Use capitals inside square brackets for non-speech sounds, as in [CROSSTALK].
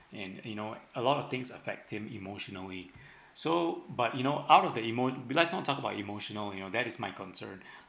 and you know a lot of things affect him emotionally [BREATH] so but you know out of the emot~ because sometimes about emotional you know that is my concern